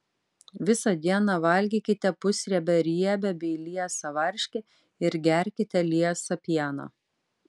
visą dieną valgykite pusriebę riebią bei liesą varškę ir gerkite liesą pieną